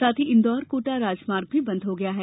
साथ ही इंदौर कोटा राजमार्ग भी बंद हो गया है